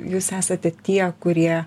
jūs esate tie kurie